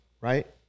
right